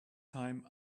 time